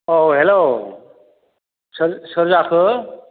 औ हेल' सोर सोर जाखो